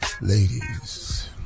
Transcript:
ladies